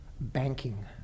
banking